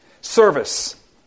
Service